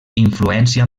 influència